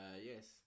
yes